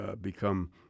become